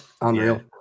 Unreal